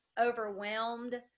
overwhelmed